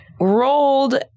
rolled